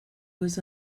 was